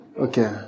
Okay